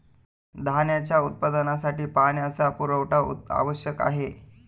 धान्याच्या उत्पादनासाठी पाण्याचा पुरवठा आवश्यक आहे